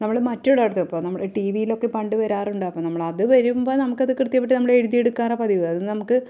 നമ്മൾ മറ്റുളള ഇടത്ത് ഇപ്പോൾ നമ്മൾ ടി വിയിലൊക്കെ പണ്ട് വരാറുണ്ട് അപ്പോള് നമ്മൾ അത് വരുമ്പോള് നമുക്കത് കൃത്യമായി എഴുതിയെടുക്കാറാണ് പതിവ് അത് നമുക്ക്